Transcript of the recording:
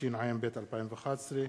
התשע"ב 2011,